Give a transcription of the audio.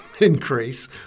increase